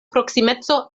proksimeco